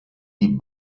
die